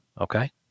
okay